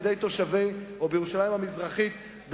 או בירושלים המזרחית,